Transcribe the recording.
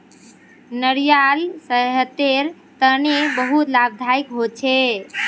नारियाल सेहतेर तने बहुत लाभदायक होछे